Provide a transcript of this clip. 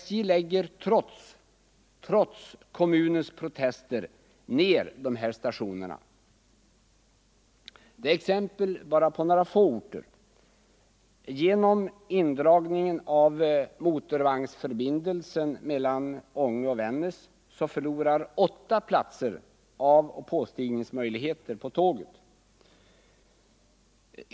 SJ lägger trots kommunens protester ner dessa stationer. Dessa orter är endast några få exempel. Genom indragningen av motorvagnsförbindelsen mellan Ånge och Vännäs förlorar åtta orter avoch påstigningsmöjligheter.